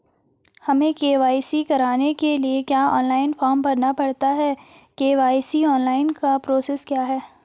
हमें के.वाई.सी कराने के लिए क्या ऑनलाइन फॉर्म भरना पड़ता है के.वाई.सी ऑनलाइन का प्रोसेस क्या है?